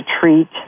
treat